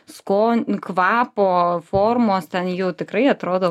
skonio kvapo formos ten jau tikrai atrodo